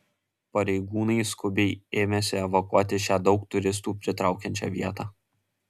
pareigūnai skubiai ėmėsi evakuoti šią daug turistų pritraukiančią vietą